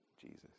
Jesus